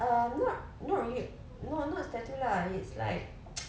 uh not not really not not statue lah it's like